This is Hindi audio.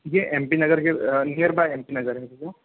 भैया एम पी नगर के nearby M D Nagar है भैया